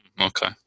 Okay